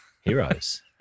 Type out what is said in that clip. Heroes